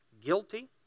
guilty